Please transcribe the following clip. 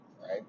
right